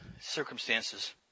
circumstances